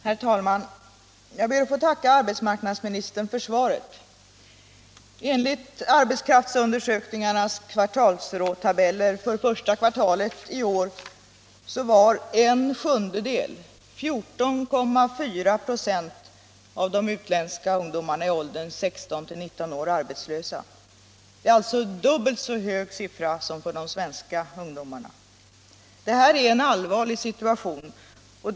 Herr talman! Jag ber att få tacka arbetsmarknadsministern för svaret. Enligt arbetskraftsundersökningarnas kvartalsråtabeller för första kvartalet i år var en sjundedel, 14,4 96, av de utländska ungdomarna i åldern 16-19 år arbetslösa. Det är en dubbelt så hög siffra som för de svenska ungdomarna. Det är en allvarlig situation.